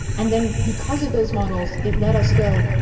and then because of those models, it let us go.